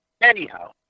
anyhow